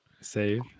Save